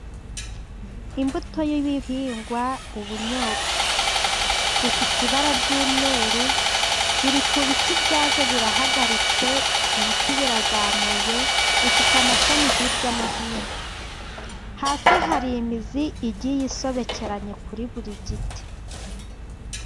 Imbuto y'ibihingwa, ubunyobwa bufite ibara ry'umweru biri ku biti byabyo birahagaritse. Ibiti birazamuye bifite amashami hirya no hino, hasi hari imizi igiye isobekeranya kuri buri giti.